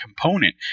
component